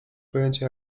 pojęcia